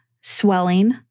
swelling